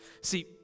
See